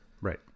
Right